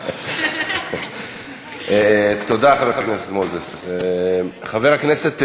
תודה, חבר הכנסת מוזס.